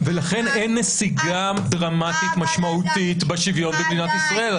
ולכן אין נסיגה דרמטית משמעותית בשוויון במדינת ישראל.